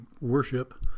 worship